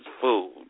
food